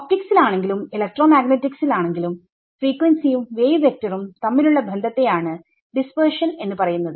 ഒപ്റ്റിക്സിൽ ആണെങ്കിലും ഇലക്ട്രോമാഗ്നെറ്റിക്സിൽ ആണെങ്കിലും ഫ്രീക്വൻസിയും വേവ് വെക്ടറും തമ്മിലുള്ള ബന്ധത്തെ ആണ് ഡിസ്പ്പേർഷൻ എന്ന് പറയുന്നത്